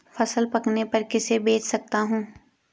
फसल पकने पर किसे बेच सकता हूँ?